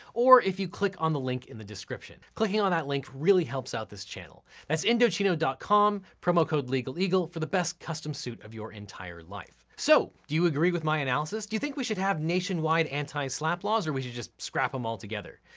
or if you click on the link in the description. clicking on that link really helps out this channel. that's indochino com, promo code legaleagle, for the best custom suit of your entire life. so, do you agree with my analysis? do you think we should have nationwide anti-slapp laws or we should just scrap them altogether?